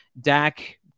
Dak